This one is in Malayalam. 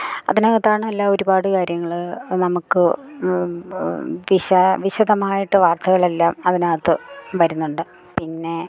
അതിനകത്താണേൽ എല്ലാം ഒരുപാട് കാര്യങ്ങള് നമുക്ക് വിശ വിശദമായിട്ട് വാർത്തകളെല്ലാം അതിനകത്ത് വരുന്നുണ്ട് പിന്നെ